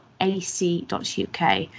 ac.uk